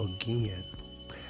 again